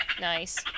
nice